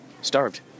starved